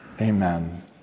Amen